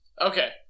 Okay